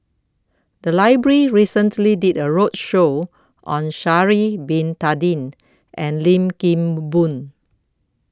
The Library recently did A roadshow on Sha'Ari Bin Tadin and Lim Kim Boon